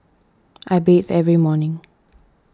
I bathe every morning